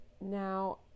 Now